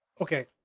okay